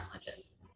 challenges